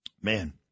Man